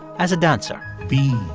as a dancer be